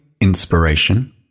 inspiration